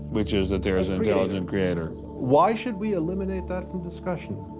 which is that there is an intelligent creator. why should we eliminate that from discussion?